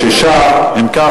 6. אם כך,